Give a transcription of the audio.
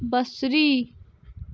بصری